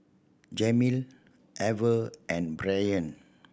Jameel Ever and Brynn